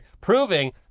proving